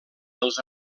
dels